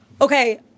okay